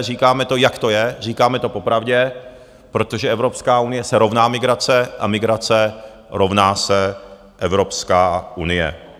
Říkáme to, jak to je, říkáme to po pravdě, protože Evropská unie se rovná migrace a migrace rovná se Evropská unie.